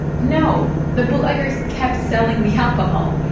no, the bootleggers kept selling the alcohol,